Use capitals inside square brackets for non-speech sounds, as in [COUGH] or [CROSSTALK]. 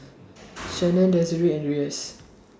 [NOISE] Shannan Desirae and Reyes